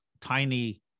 tiny